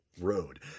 road